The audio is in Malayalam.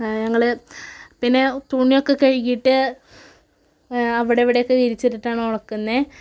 ഞങ്ങൾ പിന്നെ തുണി ഒക്കെ കഴുകിയിട്ട് അവിടെ ഇവിടെയൊക്കെ വിരിച്ചിട്ടിട്ടാണ് ഉണക്കുന്നത്